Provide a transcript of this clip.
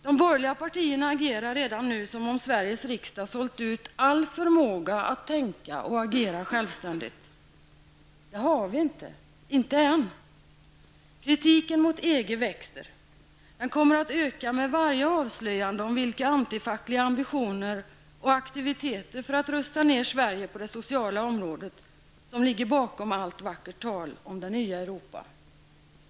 De borgerliga partierna agerar redan nu som om Sveriges riksdag har sålt ut all förmåga att tänka och agera självständigt. Det har vi inte -- inte än. Kritiken mot EG växer. Den kommer att öka med varje avslöjande om vilka antifackliga ambitioner och aktiviteter för att rusta ner Sverige på det sociala området som ligger bakom allt vackert tal om det nya Europa.